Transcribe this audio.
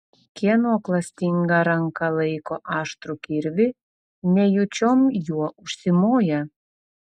kieno klastinga ranka laiko aštrų kirvį nejučiom juo užsimoja